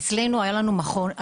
אצלנו היה לנו מכון,